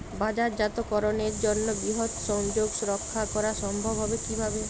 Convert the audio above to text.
বাজারজাতকরণের জন্য বৃহৎ সংযোগ রক্ষা করা সম্ভব হবে কিভাবে?